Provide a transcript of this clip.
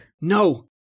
No